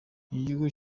igihugu